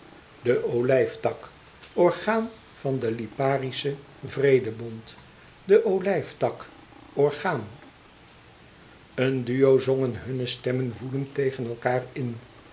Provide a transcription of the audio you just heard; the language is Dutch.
de olijftak orgaan van den liparischen vrede bond de olijftak orgaan een duo zongen hunne stemmen woedend tegen elkaâr in